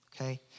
okay